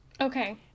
Okay